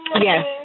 Yes